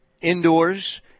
Indoors